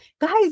guys